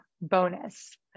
bonus